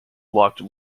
locked